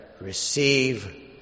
Receive